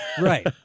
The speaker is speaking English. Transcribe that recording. right